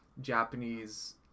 Japanese